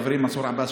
חברי מנסור עבאס,